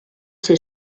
ser